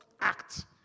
act